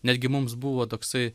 netgi mums buvo toksai